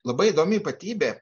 labai įdomi ypatybė